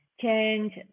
change